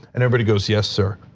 and everybody goes, yes, sir.